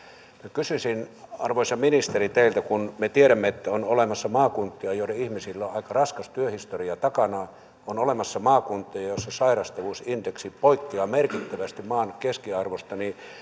kysyisin arvoisa ministeri teiltä kun me tiedämme että on olemassa maakuntia joiden ihmisillä on aika raskas työhistoria takanaan on olemassa maakuntia joissa sairastavuusindeksit poikkeavat merkittävästi maan keskiarvosta niin